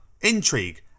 intrigue